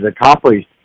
accomplished